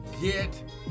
get